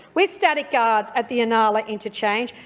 with static guards at the inala interchange,